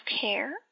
care